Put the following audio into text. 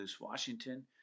Washington